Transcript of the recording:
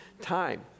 time